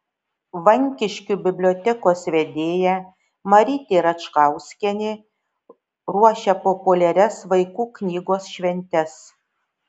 vankiškių bibliotekos vedėja marytė račkauskienė ruošia populiarias vaikų knygos šventes